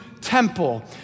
temple